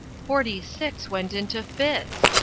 forty-six went into fits!